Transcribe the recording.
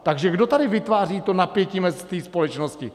Takže kdo tady vytváří to napětí v té společnosti?